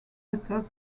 atop